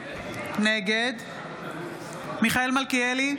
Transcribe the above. נגד מיכאל מלכיאלי,